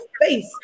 face